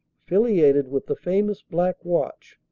affiliated with the famous black watch,